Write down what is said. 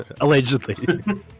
Allegedly